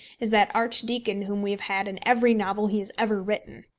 is that archdeacon whom we have had in every novel he has ever written.